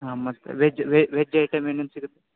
ಹಾಂ ಮತ್ತೆ veg veg item ಏನೇನು ಸಿಗತ್ತೆ